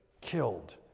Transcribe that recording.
killed